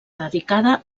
dedicada